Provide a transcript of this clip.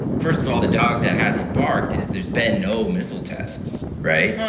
first of all, the dog that hasn't barked is there's been no missile tests, right?